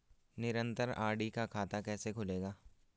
निरन्तर आर.डी का खाता कैसे खुलेगा?